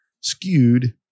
skewed